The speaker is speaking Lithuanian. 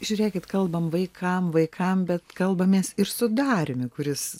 žiūrėkit kalbam vaikam vaikam bet kalbamės ir su dariumi kuris